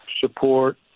support